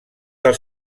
del